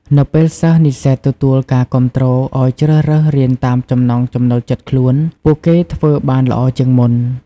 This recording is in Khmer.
នៅពេលសិស្សនិស្សិតទទួលការគាំទ្រឲ្យជ្រើសរើសរៀនតាមចំណង់ចំណូលចិត្តខ្លួន ពួកគេធ្វើបានល្អជាងមុន។